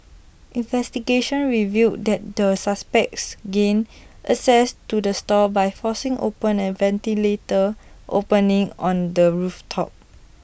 investigations revealed that the suspects gained access to the stall by forcing open A ventilator opening on the roof top